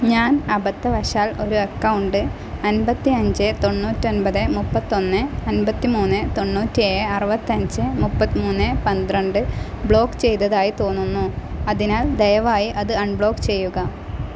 ഞാൻ അബദ്ധവശാൽ ഒരു അക്കൗണ്ട് അൻപത്തിയഞ്ച് തൊണ്ണുറ്റൊമ്പത് മുപ്പത്തൊന്ന് അൻപത്തിമൂന്ന് തൊണ്ണൂറ്റേഴ് അറുപത്തഞ്ച് മുപ്പത്തിമൂന്ന് പന്ത്രണ്ട് ബ്ലോക്ക് ചെയ്തതായി തോന്നുന്നു അതിനാൽ ദയവായി അത് അൺബ്ലോക്ക് ചെയ്യുക